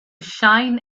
shine